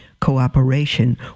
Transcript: cooperation